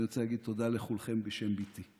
אני רוצה להגיד תודה לכולכם בשם בתי.